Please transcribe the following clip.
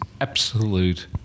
absolute